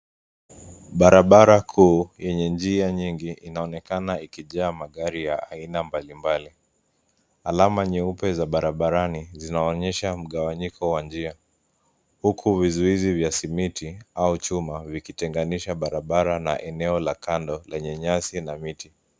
Barabara kuu, yenye njia nyingi inaonekana ikijaa magari ya aina mbalimbali. Alama nyeupe za barabarani zinaonyesha mgawanyiko wa njia huku vizuizi vya simiti au chuma vikitenganisha barabara na eneo la kando lenye nyasi na miti.